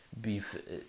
beef